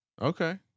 Okay